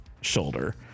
shoulder